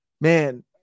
man